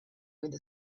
with